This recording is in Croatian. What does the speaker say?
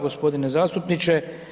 G. zastupniče.